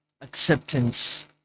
acceptance